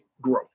grow